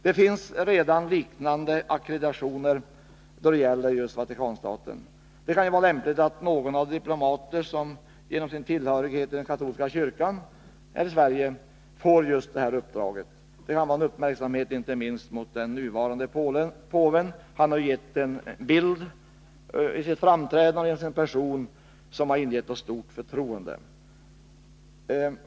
Det finns redan liknande ackrediteringar då det gäller just Vatikanstaten. Det kan vara lämpligt att någon av de diplomater som tillhör den katolska kyrkan här i Sverige får detta uppdrag — det kan vara en uppmärksamhet inte minst mot den nuvarande påven. Han har gett en bild genom sitt framträdande och sin person som har ingett oss stort förtroende.